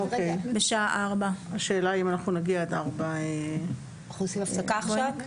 בשעה 16:00. אנחנו עושים הפסקה עכשיו?